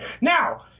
Now